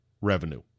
revenue